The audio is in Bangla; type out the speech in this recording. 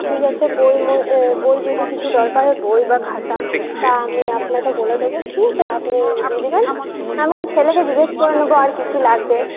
ঠিক আছে বই বই যদি কিছু দরকার হয় বই বা খাতা তা আমি আপনাকে বলে দেব ঠিক আছে আপনি দিয়ে দেবেন আমি ছেলেকে জিজ্ঞাসা করে নেব আর কী কী লাগবে